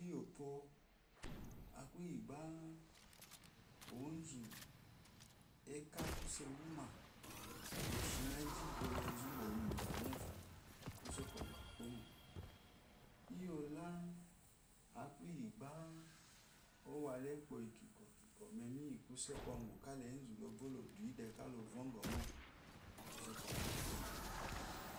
Iyi opwo akuyi gba onzu aka kuse wuma eshimegi gbo la enzu bwa oyi minyomamo kuse kwɔgu kukponomo iyi ola akuyi gba owo ope kikwo kikwɔ mukuse kwgu kda enzu lo bwo lodunide kdorugɔmo kuse kwɔgu kukpomo